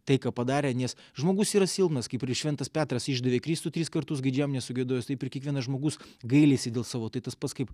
tai ką padarė nes žmogus yra silpnas kaip ir šventas petras išdavė kristų tris kartus gaidžiams nesugiedojus taip ir kiekvienas žmogus gailisi dėl savo tai tas pats kaip